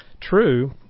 true